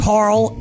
Carl